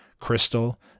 Crystal